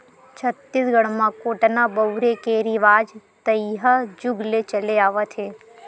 छत्तीसगढ़ म कोटना बउरे के रिवाज तइहा जुग ले चले आवत हे